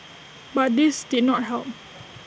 but this did not help